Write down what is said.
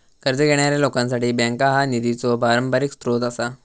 कर्ज घेणाऱ्या लोकांसाठी बँका हा निधीचो पारंपरिक स्रोत आसा